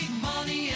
money